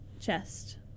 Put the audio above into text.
chest